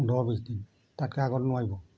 দহ বিছ দিন তাতকৈ আগত নোৱাৰিব